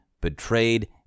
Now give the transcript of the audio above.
betrayed